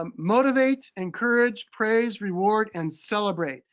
um motivate, encourage, praise, reward, and celebrate.